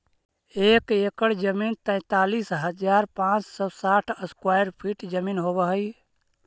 एक एकड़ जमीन तैंतालीस हजार पांच सौ साठ स्क्वायर फीट जमीन होव हई